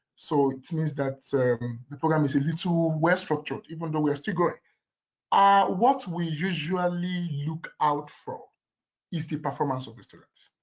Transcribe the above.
so it means that so the program is a little well structured, even though we are still growing. ah what we usually look out for is the performance of the students.